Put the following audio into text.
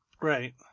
Right